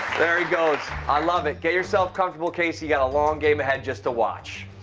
there he goes. i love it get yourself comfortable casey ah a long game ahead just to watch.